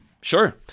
Sure